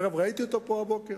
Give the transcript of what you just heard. אגב, ראיתי אותו פה הבוקר.